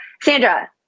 Sandra